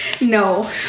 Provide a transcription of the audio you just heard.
no